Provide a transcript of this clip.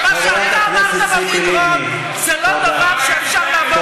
ומה שאתה אמרת בבחירות זה לא דבר שאפשר לעבור עליו,